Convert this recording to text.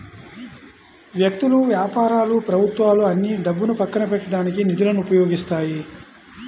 వ్యక్తులు, వ్యాపారాలు ప్రభుత్వాలు అన్నీ డబ్బును పక్కన పెట్టడానికి నిధులను ఉపయోగిస్తాయి